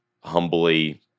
humbly